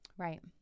right